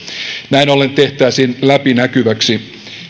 näin ollen tehtäisiin läpinäkyväksi